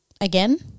again